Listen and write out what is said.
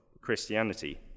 Christianity